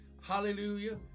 Hallelujah